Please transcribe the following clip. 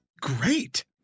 great